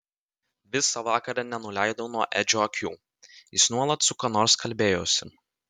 visą vakarą nenuleidau nuo edžio akių jis nuolat su kuo nors kalbėjosi